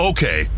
Okay